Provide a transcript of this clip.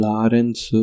Lawrence